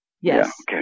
Yes